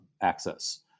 access